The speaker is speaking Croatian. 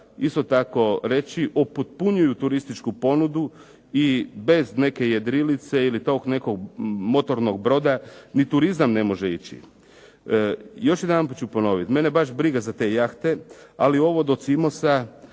isto tako reći, upotpunjuju turističku ponudu i bez neke jedrilice ili tog nekog motornog broda ni turizam ne može ići. Još jedanput ću ponoviti, mene baš briga za te jahte ali ovo do "Cimosa"